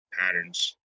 patterns